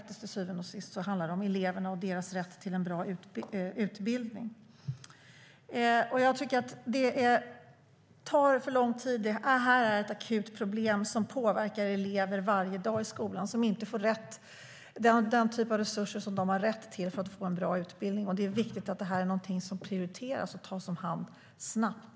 Till syvende och sist handlar det om eleverna och deras rätt till en bra utbildning. Jag tycker att det tar för lång tid. Det är ett akut problem som påverkar elever varje dag i skolan. De får inte den typ av resurser som de har rätt till för att få en bra utbildning. Det är viktigt att det här prioriteras och tas om hand snabbt.